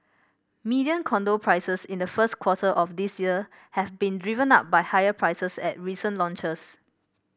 median condo prices in the first quarter of this year have been driven up by higher prices at recent launches